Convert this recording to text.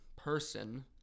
person